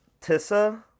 Tissa